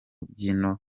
mbyino